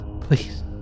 Please